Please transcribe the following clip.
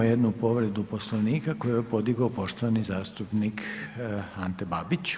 Imamo jednu povredu Poslovnika koju je podigao poštovani zastupnik Ante Babić.